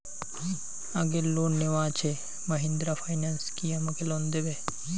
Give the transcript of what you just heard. আগের লোন নেওয়া আছে মাহিন্দ্রা ফাইন্যান্স কি আমাকে লোন দেবে?